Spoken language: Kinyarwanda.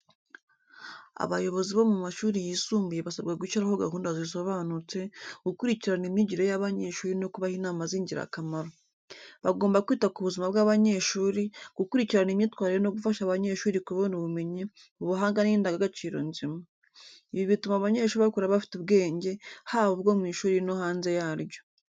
Abayobozi bo mu mashuri yisumbuye basabwa gushyiraho gahunda zisobanutse, gukurikirana imyigire y’abanyeshuri no kubaha inama z’ingirakamaro. Bagomba kwita ku buzima bw’abanyeshuri, gukurikirana imyitwarire no gufasha abanyeshuri kubona ubumenyi, ubuhanga n’indangagaciro nziza. Ibi bituma abanyeshuri bakura bafite ubwenge, haba ubwo mu ishuri no hanze yaryo.